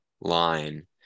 line